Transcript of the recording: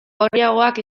gorriagoak